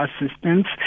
assistance